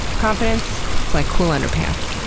confidence it's like cool underpants!